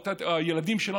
או הילדים שלנו,